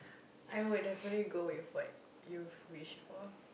I would definitely go with what you've wish for